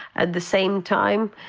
at the same time,